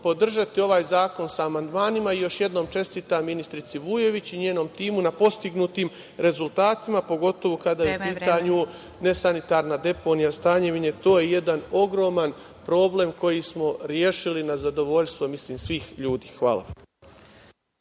podržati ovaj zakon sa amandmanima. Još jednom čestitam ministrici Vujović i njenom timu na postignutim rezultatima, pogotovo kada je u pitanju ne sanitarna deponija „Stanjevine“. To je jedan ogroman problem koji smo rešili na zadovoljstvo svih ljudi. Hvala.